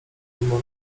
mimo